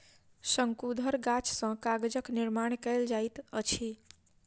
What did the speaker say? शंकुधर गाछ सॅ कागजक निर्माण कयल जाइत अछि